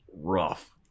rough